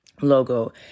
logo